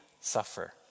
suffer